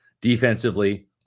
defensively